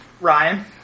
Ryan